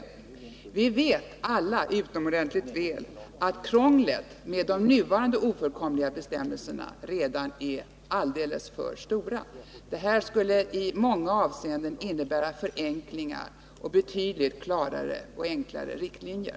Vi vet alla utomordentligt väl att krånglet med de nuvarande ofullkomliga bestämmelserna redan är alldeles för stort. Ett ikraftträdande vid årsskiftet skulle i många avseenden innebära förenklingar och betydligt klarare och enklare riktlinjer.